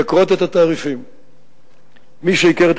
הנדרש כדי להחזיק את